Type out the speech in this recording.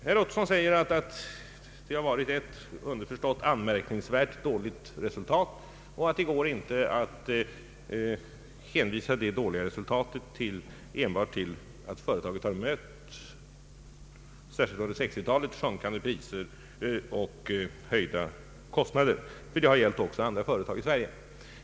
Herr Ottosson säger att det varit ett anmärkningsvärt dåligt resultat, och att det inte går att som förklaring härtill enbart hänvisa till att företaget särskilt under 1960-talet mött sjunkande priser och höjda kostnader, ty det har gällt även andra företag i Sverige.